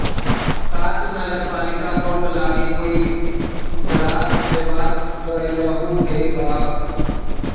का तु नगरपालिका बॉन्ड लागी कोई दलाल से बात कयलहुं हे का?